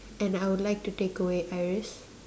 and I would like to take away Iris